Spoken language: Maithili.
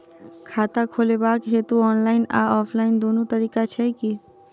खाता खोलेबाक हेतु ऑनलाइन आ ऑफलाइन दुनू तरीका छै की?